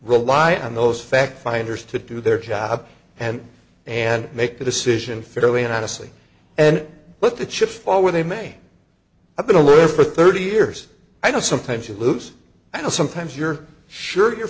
rely on those fact finders to do their job and and make the decision fairly and honestly and let the chips fall where they may i've been a lawyer for thirty years i know sometimes you lose and sometimes you're sure you